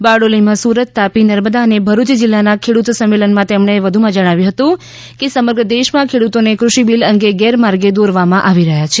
બારડોલીમાં સુરત તાપી નર્મદા અને ભરૂચ જીલ્લાના ખેડૂત સંમેલનમાં તેમણે વધુમાં જણાવ્યું હતું કે સમગ્ર દેશમાં ખેડૂતોને દૃષિ બિલ અંગે ગેરમાર્ગે દોરવામાં આવી રહ્યાં છે